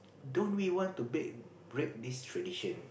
don't we want to bake break this tradition